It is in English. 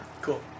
Cool